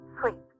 sleep